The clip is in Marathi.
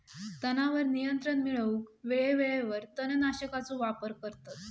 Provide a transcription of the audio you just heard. तणावर नियंत्रण मिळवूक वेळेवेळेवर तण नाशकांचो वापर करतत